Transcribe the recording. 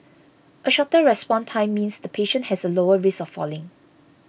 a shorter response time means the patient has a lower risk of falling